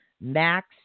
Max